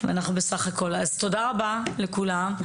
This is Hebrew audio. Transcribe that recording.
תודה רבה לכולם,